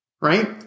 right